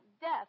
death